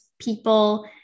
people